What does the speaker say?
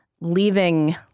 leaving